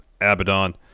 Abaddon